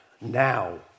now